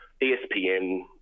espn